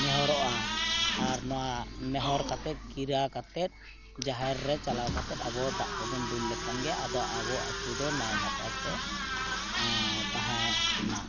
ᱱᱮᱦᱚᱨᱚᱜᱼᱟ ᱟᱨ ᱱᱚᱣᱟ ᱱᱮᱦᱚᱨ ᱟᱛᱮᱫ ᱠᱤᱨᱭᱟᱹ ᱠᱟᱛᱮᱫ ᱡᱟᱦᱮᱨ ᱨᱮ ᱪᱟᱞᱟᱣ ᱠᱟᱮᱛᱫ ᱟᱵᱚ ᱫᱟᱜ ᱠᱚᱵᱚᱱ ᱫᱩᱞ ᱞᱮᱠᱷᱟᱱ ᱜᱮ ᱟᱫᱚ ᱟᱵᱚ ᱟᱛᱩ ᱫᱚ ᱱᱟᱭ ᱱᱟᱯᱟᱭᱛᱮ ᱛᱟᱦᱮᱱᱟ